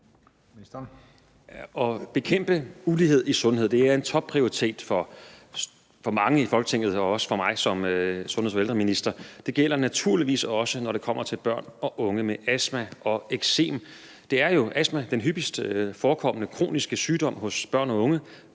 At bekæmpe ulighed i sundhed er en topprioritet for mange i Folketinget og også for mig som sundheds- og ældreminister. Det gælder naturligvis også, når det kommer til børn og unge med astma og eksem. Astma er jo den hyppigst forekommende kroniske sygdom hos børn og unge.